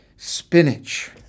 spinach